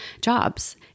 jobs